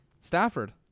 Stafford